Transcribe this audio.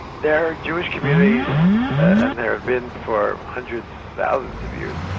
there are jewish communities and there have been for hundreds, thousands of years,